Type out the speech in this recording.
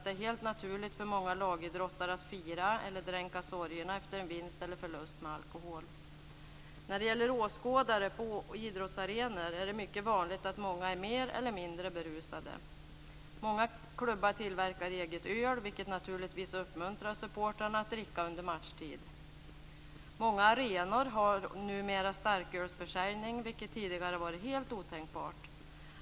Det är helt naturligt för många lagidrottare att fira eller att dränka sorgerna efter en vinst eller förlust med alkohol. När det gäller åskådare på idrottsarenor är det mycket vanligt att många är mer eller mindre berusade. Många klubbar tillverkar eget öl, vilket naturligtvis uppmuntrar supportrarna att dricka under matchtid. Många arenor har numera starkölsförsäljning, vilket tidigare varit helt otänkbart.